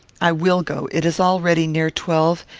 i will go it is already near twelve,